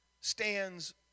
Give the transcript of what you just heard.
stands